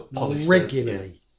regularly